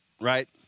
Right